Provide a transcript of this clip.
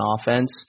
offense